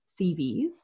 CVs